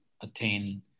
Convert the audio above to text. attain